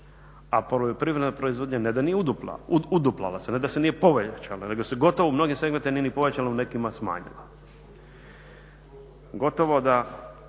a poljoprivredna proizvodnja ne da nije uduplala se, ne da se nije povećala nego se gotovo u mnogim segmentima nije ni povećala, u nekima smanjila.